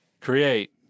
create